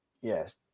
yes